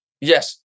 Yes